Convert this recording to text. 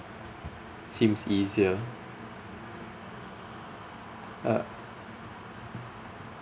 seems easier uh